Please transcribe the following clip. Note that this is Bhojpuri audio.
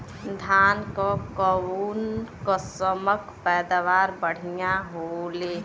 धान क कऊन कसमक पैदावार बढ़िया होले?